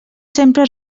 sempre